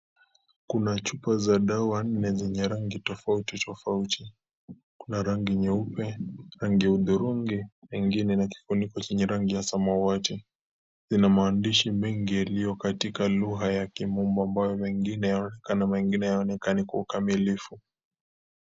Kuna chupa za dawa nne zenye rangi tofauti tofauti, kuna rangi nyeupe, rangi ya hudhurungi mengine na kifuniko zenye rangi ya samawati, zina maandishi mengi yaliyo katika lugha ya kimombo ambayo mengine yanaonekana mengine hayaonekani kwa ukamilifu.